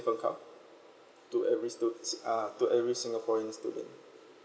account to every stud~ s~ uh to every singaporean student